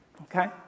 Okay